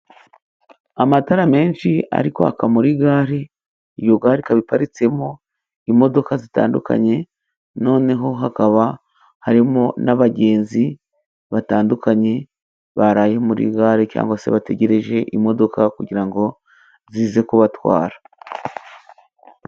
Amatara menshi ari kwaka muri gare, iyo gare ikaba iparitsemo imodoka zitandukanye, noneho hakaba harimo n'abagenzi batandukanye baraye muri gare, cyangwa se bategereje imodoka kugira ngo zize kubatwara.